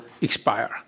expire